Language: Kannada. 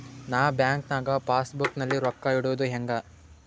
ನಾ ಬ್ಯಾಂಕ್ ನಾಗ ಪಾಸ್ ಬುಕ್ ನಲ್ಲಿ ರೊಕ್ಕ ಇಡುದು ಹ್ಯಾಂಗ್?